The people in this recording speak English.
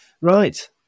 Right